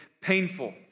painful